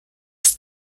ist